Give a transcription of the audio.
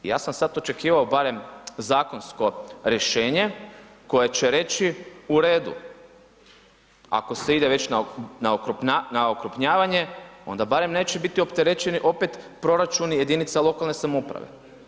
Ja sam sad očekivao barem zakonsko rješenje koje će reći, u redu, ako se ide već na okrupnjavanje onda barem neće biti opterećeni opet proračuni jedinica lokalne samouprave.